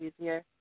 easier